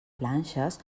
planxes